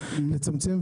לצמצם,